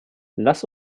lass